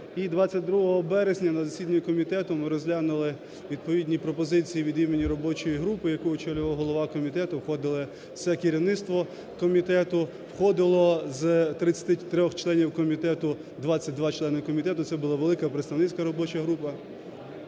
22 березня на засіданні комітету ми розглянули відповідні пропозиції від імені робочої групи, яку очолював голова комітету, входили все керівництво комітету, входило з 33 членів комітету 22 члени комітету, це була велика представницька робоча група.